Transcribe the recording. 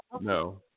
No